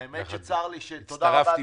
הצטרפתי,